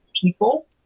people